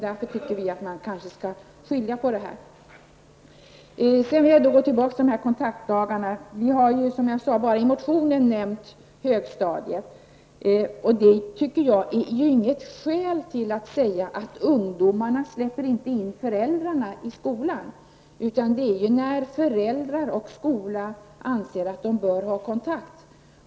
Därför tycker vi att man kanske skall skilja på de sakerna. Sedan vill jag återkomma till kontaktdagarna. Som jag sade har vi bara i motionen nämnt högstadiet. Att säga att ungdomarna inte släpper in föräldrarna i skolan tycker jag inte är något skäl. Det avgörande är när föräldrar och skola anser att de bör ha kontakt.